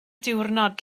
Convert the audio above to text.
diwrnod